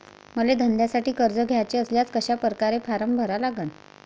मले धंद्यासाठी कर्ज घ्याचे असल्यास कशा परकारे फारम भरा लागन?